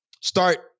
start